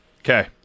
okay